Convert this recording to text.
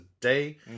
today